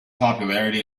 popularity